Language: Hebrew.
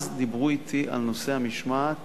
אז דיברו אתי על נושא המשמעת